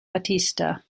batista